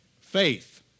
Faith